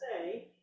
say